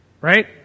right